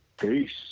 Peace